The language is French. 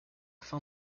fin